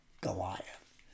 Goliath